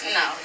no